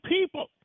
people